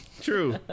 True